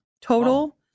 total